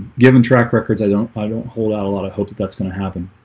given track records. i don't i don't hold out a lot of hope that that's gonna happen